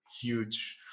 huge